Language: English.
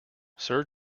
sir